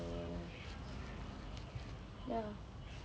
ya